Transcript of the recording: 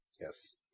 Yes